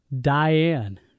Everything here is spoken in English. Diane